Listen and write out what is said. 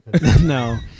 No